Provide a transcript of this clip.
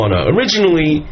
Originally